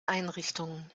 einrichtungen